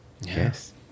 Yes